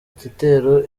igitero